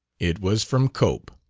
it was from cope.